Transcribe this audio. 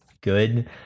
good